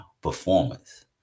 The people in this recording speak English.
performance